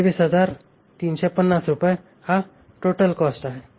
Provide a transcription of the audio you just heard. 23350 रुपये हा total cost आहे